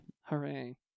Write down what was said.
Hooray